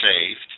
saved